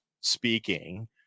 speaking